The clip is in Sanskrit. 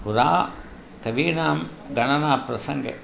पुरा कवीनां गणनाप्रसङ्गे